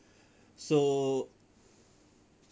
so